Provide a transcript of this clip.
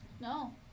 No